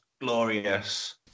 Glorious